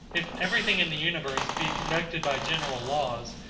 if every thing in the universe be conducted by general laws,